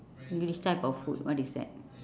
english type of food what is that